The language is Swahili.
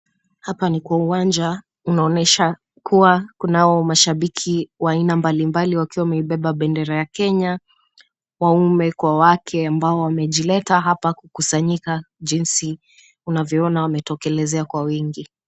Hapa ni kwa uwanja unaonyesha kuwa kunao mashabiki wa aina mbalimbali wakiwa wameibeba bendera ya Kenya, waume kwa wake ambao wamejileta hapa kukusanyika jinsi unavyoona wametokelezea kwa wingi.